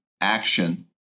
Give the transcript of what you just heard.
action